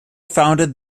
founded